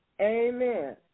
Amen